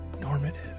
Normative